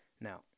Now